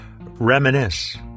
reminisce